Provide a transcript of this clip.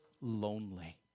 lonely